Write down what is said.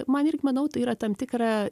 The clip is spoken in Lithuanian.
man irgi manau tai yra tam tikra